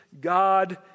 God